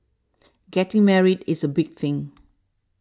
getting married is a big thing